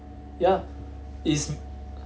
ya is